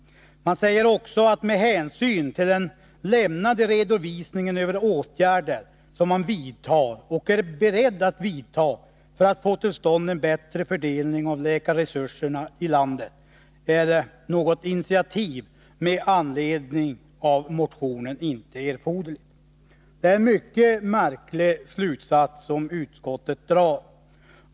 Med hänsyn till den lämnade redovisningen över åtgärder som man vidtar och är beredd att vidta för att få till stånd en bättre fördelning av läkarresurserna i landet är, säger utskottet också, något initiativ med anledning av motionen inte erforderligt. Det är en mycket märklig slutsats som utskottet drar.